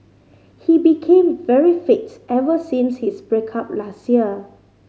he became very fit ever since his break up last year